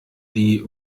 die